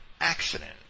accident